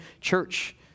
church